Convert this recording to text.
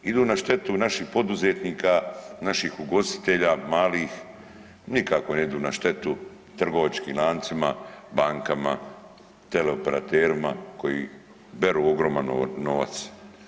Idu na štetu naših poduzetnika, naših ugostitelja malih, nikako ne idu na štetu trgovačkim lancima, bankama, teleopraterima koji beru ogroman novac.